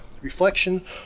reflection